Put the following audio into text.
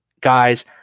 guys